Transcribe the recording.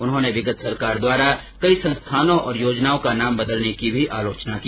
उन्होंने विगत सरकार द्वारा कई संस्थानों और योजनाओं का नाम बदलने की भी आलोचना की